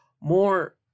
more